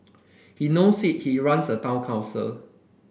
he knows it he runs a town council